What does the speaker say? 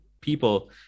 people